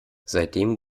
seitdem